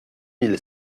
mille